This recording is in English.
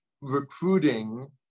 recruiting